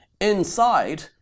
inside